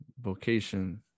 vocation